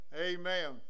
Amen